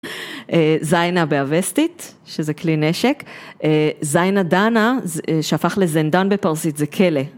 זיינה באבסטית, שזה כלי נשק, זיינה דנה שהפך לזנדן בפרסית, זה כלה.